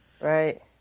right